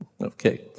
Okay